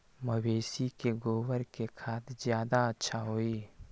मवेसी के गोबर के खाद ज्यादा अच्छा होई?